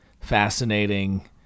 fascinating